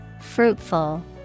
Fruitful